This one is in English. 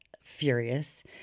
furious